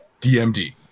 DMD